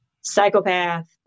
psychopath